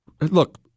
look